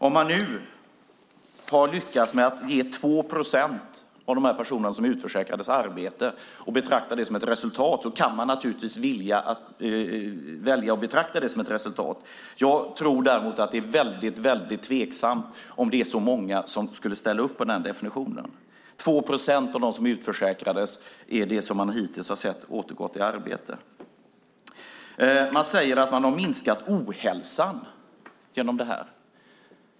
Om man nu har lyckats med att ge 2 procent av de personer som är utförsäkrade arbete kan man naturligtvis välja att betrakta det som ett resultat. Jag tror däremot att det är väldigt tveksamt att många skulle ställa upp på den definitionen. Hittills har man sett att 2 procent av dem som är utförsäkrade har återgått till arbete. Man säger att man har minskat ohälsan genom det här.